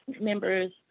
members